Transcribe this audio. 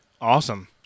Awesome